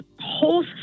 whole